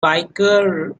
biker